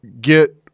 get